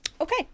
Okay